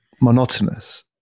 monotonous